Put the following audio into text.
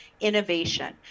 innovation